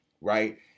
right